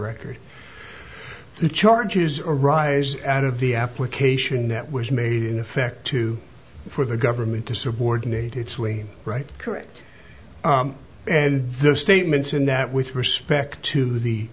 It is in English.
record the charges arise out of the application that was made in effect to for the government to subordinate its way right correct and their statements and that with respect to the